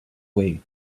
way